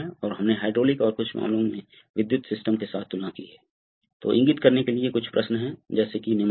जैसा कि इसमें दिखाया गया है अतः आप कुछ नियंत्रण तंत्र तैयार कर सकते हैं जिससे यह दबाव महसूस करेगा और यह चालू हो जाएगा